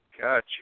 Gotcha